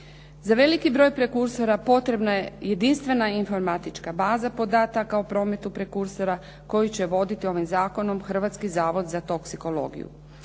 Za veliki broj prekursora potrebna je jedinstvena informatička baza podataka o prometu prekursora koji će voditi ovim zakonom Hrvatski zavod za toksikologiju.